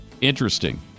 Interesting